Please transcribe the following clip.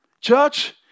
Church